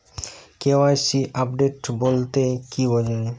KYC update বলতে কি বোঝায়?